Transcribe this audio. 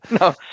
no